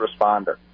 responder